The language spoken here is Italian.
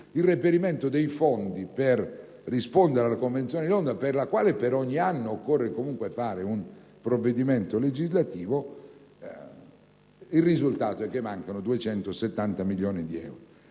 il reperimento dei fondi per rispondere alla Convenzione di Londra, per la quale per ogni anno occorre comunque approvare un provvedimento legislativo, mancano 270 milioni di euro.